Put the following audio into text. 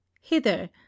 hither